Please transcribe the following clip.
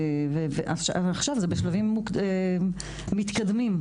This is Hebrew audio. ועכשיו זה בשלבים מתקדמים,